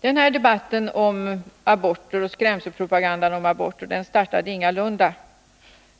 Den här debatten och skrämselpropagandan om aborter startade ingalunda